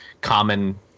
common